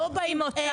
לא, לא באים אליו,